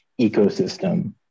ecosystem